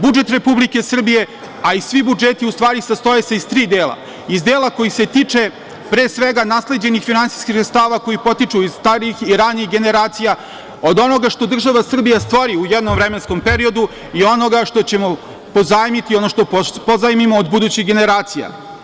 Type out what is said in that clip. Budžet Republike Srbije, a i svi budžeti, u stvari, sastoje se iz tri dela – iz dela koji se tiče, pre svega, nasleđenih finansijskih sredstava koji potiču iz starijih i ranijih generacija, od onoga što država Srbija stvori u jednom vremenskom periodu i onoga što ćemo pozajmiti i što pozajmimo od budućih generacija.